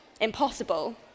impossible